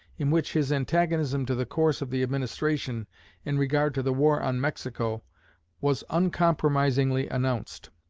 in which his antagonism to the course of the administration in regard to the war on mexico was uncompromisingly announced.